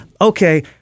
okay